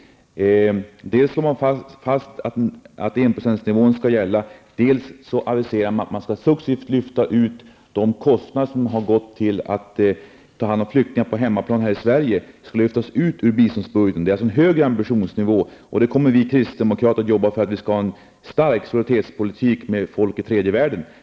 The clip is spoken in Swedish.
Dels slår man fast att enprocentsnivån skall gälla, dels aviserar man att de kostnader som varit förenade med omhändertagandet av flyktingar på hemmaplan, dvs. här i Sverige, skall lyftas ut ur biståndsbudgeten. Det är alltså fråga om en högre ambitionsnivå jämfört med tidigare. Vi kristdemokrater kommer att jobba för en stark solidaritetspolitik gentemot folk i tredje världen.